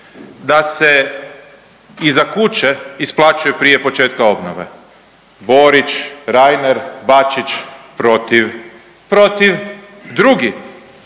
da se iza kuće isplaćuje prije početka obnove, Borić, Reiner, Bačić, protiv, protiv. Drugi,